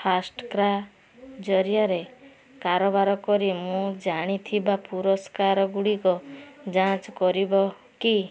FirstCry ଜରିଆରେ କାରବାର କରି ମୁଁ ଜିଣିଥିବା ପୁରସ୍କାରଗୁଡ଼ିକ ଯାଞ୍ଚ କରିବ କି